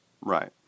Right